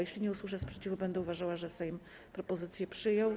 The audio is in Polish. Jeśli nie usłyszę sprzeciwu, będę uważała, że Sejm propozycje przyjął.